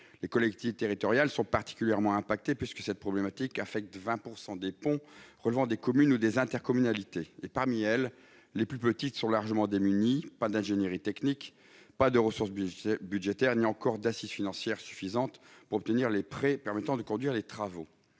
Les collectivités territoriales sont particulièrement affectées, puisque ce problème touche 20 % des ponts relevant des communes ou des intercommunalités. Parmi ces dernières, les plus petites sont largement démunies : pas d'ingénierie technique, pas de ressources budgétaires ni d'assise financière suffisante pour obtenir les prêts permettant de conduire les travaux.